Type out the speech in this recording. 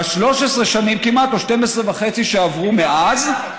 ב-13 שנים כמעט, או 12 וחצי שעברו מאז,